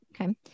okay